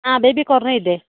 ಹಾಂ baby corn ಇದೆ